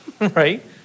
right